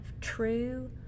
true